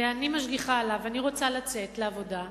ואני משגיחה עליו ואני רוצה לצאת לעבודה,